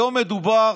היום מדובר